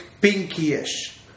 pinky-ish